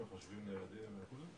מחשבים ניידים וכו'?